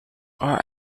are